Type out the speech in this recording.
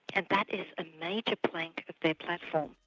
and that is a major plank of their platform.